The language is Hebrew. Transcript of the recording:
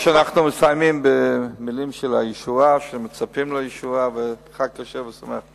פורסם כי בשבת האחרונה צעירים תקפו מאבטחים